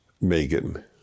Megan